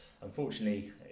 unfortunately